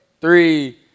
three